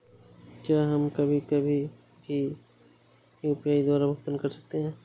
क्या हम कभी कभी भी यू.पी.आई द्वारा भुगतान कर सकते हैं?